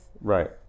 right